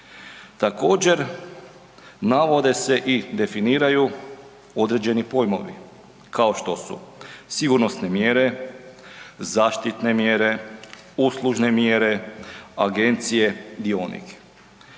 Također navode se i definiraju određeni pojmovi kao što su sigurnosne mjere, zaštitne mjere, uslužne mjere, agencije, dionik.